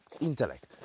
intellect